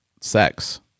sex